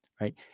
right